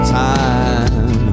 time